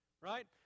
right